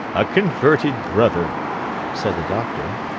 a converted brother said the doctor.